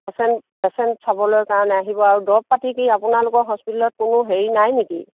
patient patient চাবলৈ কাৰণে আহিব আৰু দৰৱ পাতি কি আপোনালোকৰ হস্পিটেলত কোনো হেৰি নাই নেকি